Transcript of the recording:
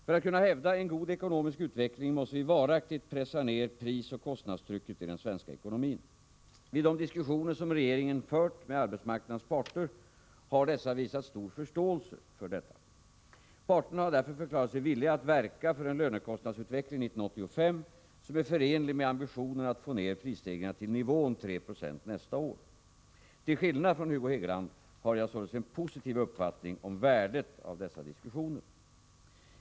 För att kunna hävda en god ekonomisk utveckling måste vi varaktigt pressa ner prisoch kostnadstrycket i den svenska ekonomin. Vid de diskussioner som regeringen fört med arbetsmarknadens parter har dessa visat stor förståelse för detta. Parterna har därför förklarat sig villiga att verka för en lönekostnadsutveckling 1985 som är förenlig med ambitionen att få ner prisstegringarna till nivån 3 96 nästa år. Till skillnad från Hugo Hegeland har jag således en positiv uppfattning om värdet av dessa diskussioner.